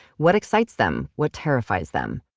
what excites them? what terrifies them?